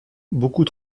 beaucoup